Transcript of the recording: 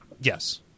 Yes